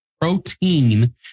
protein